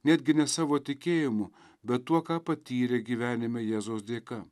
netgi ne savo tikėjimu bet tuo ką patyrė gyvenime jėzaus dėka